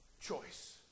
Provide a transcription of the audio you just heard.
choice